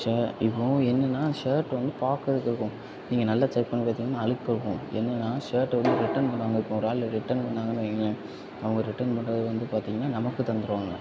ஷ இப்போ என்னென்னா ஷர்ட் வந்து பார்க்குறதுக்கு இருக்கும் நீங்கள் நல்லா செக் பண்ணி பார்த்தீங்கன்னா அழுக்கு இருக்கும் என்னென்னா ஷர்ட் வந்து ரிட்டன் பண்ணுவாங்க இப்போ ஒரு ஆள் ரிட்டன் பண்ணாங்கன்னு வைங்களேன் அவங்க ரிட்டன் பண்ணது வந்து பார்த்தீங்கன்னா நமக்கு தந்துருவாங்க